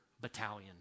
battalion